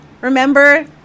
Remember